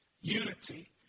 unity